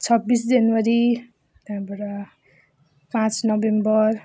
छब्बिस जनवरी त्यहाँबाट पाँच नोभेम्बर